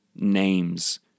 names